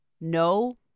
no